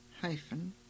hyphen